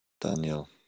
Daniel